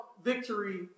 victory